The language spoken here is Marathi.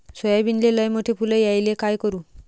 सोयाबीनले लयमोठे फुल यायले काय करू?